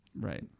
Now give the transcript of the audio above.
Right